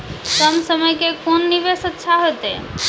कम समय के कोंन निवेश अच्छा होइतै?